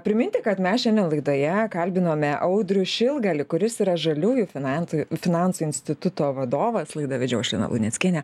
priminti kad mes šiandien laidoje kalbinome audrių šilgalį kuris yra žaliųjų finansų finansų instituto vadovas laidą vedžiau aš lina luneckienė